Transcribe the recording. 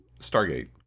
Stargate